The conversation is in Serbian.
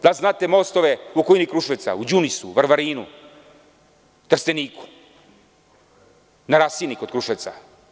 Da li znate mostove u okolini Kruševca, Varvarinu, Trsteniku, na Rasini kod Kruševca?